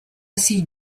see